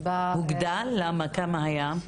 למה כמה היה?